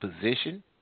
position